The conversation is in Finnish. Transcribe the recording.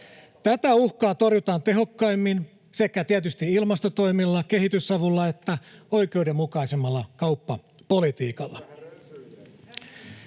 Tätä uhkaa torjutaan tehokkaimmin tietysti sekä ilmastotoimilla, kehitysavulla että oikeudenmukaisemmalla kauppapolitiikalla.